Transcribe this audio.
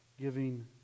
giving